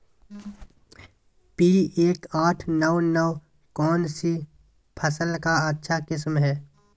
P एक आठ नौ नौ कौन सी फसल का अच्छा किस्म हैं?